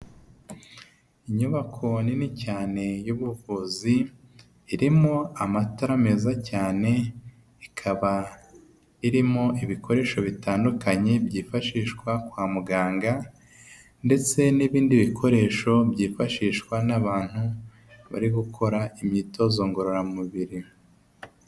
Inyubako nini cyane y'ubuvuzi, irimo amatara meza cyane, ikaba irimo ibikoresho bitandukanye byifashishwa kwa muganga, ndetse n'ibindi bikoresho byifashishwa n'abantu bari gukora imyitozo ngororamubiri.